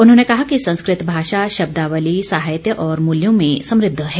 उन्होंने कहा कि संस्कृत भाषा शब्दावली साहित्य और मुल्यों में समुद्ध है